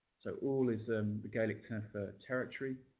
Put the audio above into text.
so umall is um the gaelic term for territory.